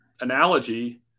analogy